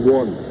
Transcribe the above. one